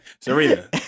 Serena